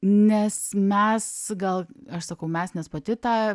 nes mes gal aš sakau mes nes pati tą